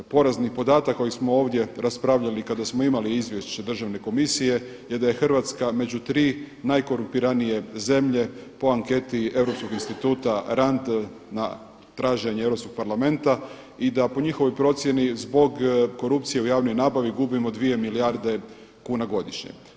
Porazni podatak kojeg smo ovdje raspravljali kada smo imali izvješće državne komisije je da je Hrvatska među 3 najkorumpiranije zemlje po anketi Europskog instituta RAND na traženje Europskog parlamenta i da po njihovoj procjeni zbog korupcije u javnoj nabavi gubimo 2 milijarde kuna godišnje.